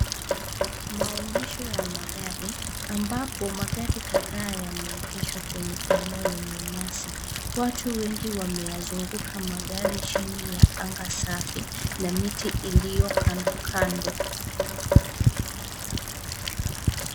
Maonyesho ya magari ambapo magari kadhaa yame egeshwa kwenye eneo lenye nyasi. Watu wengi wameazunguka magari chini ya anga safi na miti ilio kando kando.